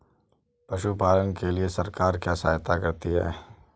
पशु पालन के लिए सरकार क्या सहायता करती है?